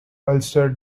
ulster